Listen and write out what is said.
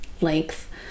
length